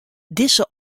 dizze